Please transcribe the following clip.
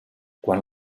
quan